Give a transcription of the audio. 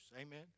amen